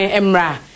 Emra